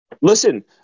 Listen